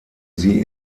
sie